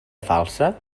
falsa